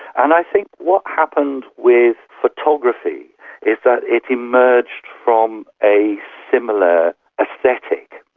and i think what happened with photography is that it emerged from a similar aesthetic.